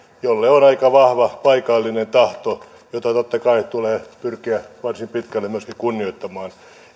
jolle on aika vahva paikallinen tahto jota totta kai tulee pyrkiä varsin pitkälle myöskin kunnioittamaan